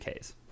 Ks